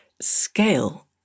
scale